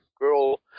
girl